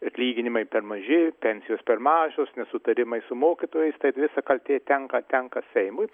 atlyginimai per maži pensijos per mažos nesutarimai su mokytojais tai visa kaltė tenka tenka seimui